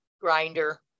grinder